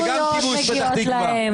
זה גם כיבוש פתח תקוה.